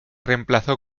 reemplazó